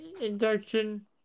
induction